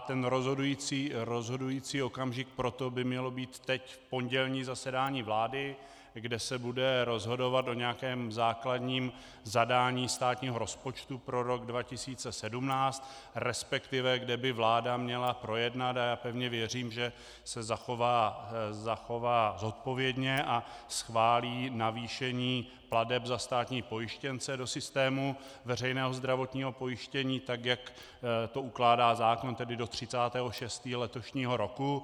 Ten rozhodující okamžik pro to by mělo být teď pondělní zasedání vlády, kde se bude rozhodovat o nějakém základním zadání státního rozpočtu pro rok 2017, resp. kde by vláda měla projednat a já pevně věřím, že se zachová zodpovědně a schválí navýšení plateb za státní pojištěnce do systému veřejného zdravotního pojištění, tak jak to ukládá zákon, tedy do 30. 6. letošního roku.